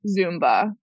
Zumba